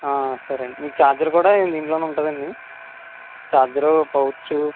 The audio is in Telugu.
సరే అండి మీకు చార్జర్ కూడా దీంట్లోనే ఉంటుందండి చార్జర్ పౌచ్